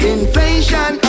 Inflation